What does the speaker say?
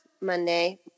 monday